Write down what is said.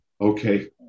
okay